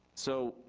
so,